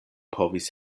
povis